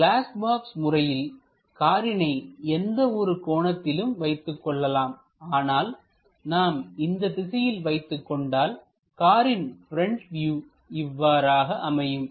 எனவே glass box முறையில் காரினை எந்த ஒரு கோணத்திலும் வைத்துக் கொள்ளலாம் ஆனால் நாம் இந்த திசையில் வைத்துக்கொண்டால் காரின் ப்ரெண்ட் வியூ இவ்வாறாக அமையும்